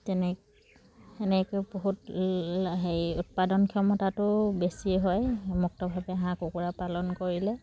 তেনে সেনেকৈ বহুত হেৰি উৎপাদন ক্ষমতাটো বেছি হয় মুক্তভাৱে হাঁহ কুকুৰা পালন কৰিলে